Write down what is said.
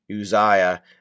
Uzziah